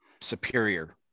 superior